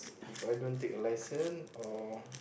If I don't take a licence or